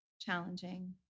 challenging